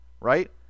right